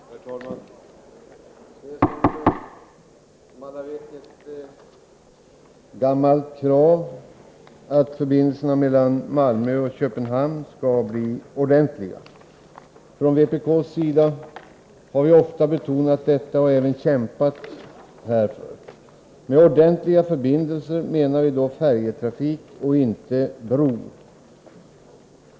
Herr talman! Det är som alla vet ett gammalt krav att förbindelserna mellan Malmö och Köpenhamn skall bli ordentliga. Från vpk:s sida har vi ofta betonat detta och även kämpat härför. Med ordentliga förbindelser menar vi då färjetrafik och inte bro.